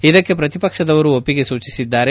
ಇದಕ್ಕೆ ಪ್ರತಿಪಕ್ಷದವರು ಒಪ್ಪಿಗೆ ಸೂಚಿಸಿದ್ದಾರೆ